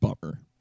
bummer